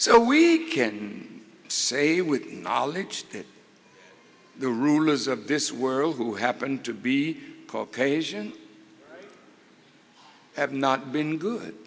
so we can say with the knowledge that the rulers of this world who happened to be caucasian have not been good